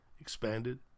expanded